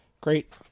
great